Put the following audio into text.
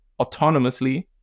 autonomously